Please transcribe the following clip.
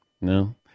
No